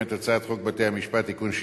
את הצעת חוק בתי-המשפט (תיקון מס'